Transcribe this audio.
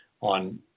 on